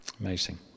Amazing